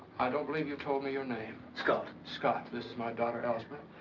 i don't believe you told me your name. scott. scott, this is my daughter, elspeth.